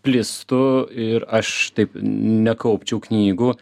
plistų ir aš taip nekaupčiau knygų